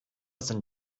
sind